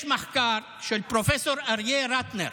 יש מחקר של פרופ' אריה רטנר